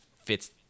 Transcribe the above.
fits